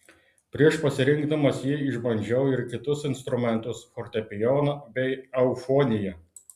prieš pasirinkdamas jį išbandžiau ir kitus instrumentus fortepijoną bei eufoniją